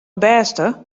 bêste